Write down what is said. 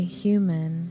human